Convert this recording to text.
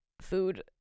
food